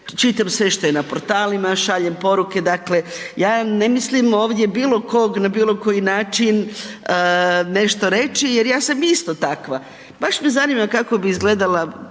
čitam sve što je na portalima, šaljem poruke, dakle ja ne mislim ovdje bilo kog na bilokoji način nešto reći jer ja sam isto takva. Baš me zanima kako bi izgledala,